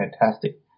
fantastic